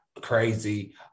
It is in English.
crazy